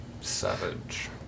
Savage